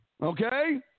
Okay